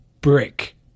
brick